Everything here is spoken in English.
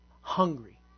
hungry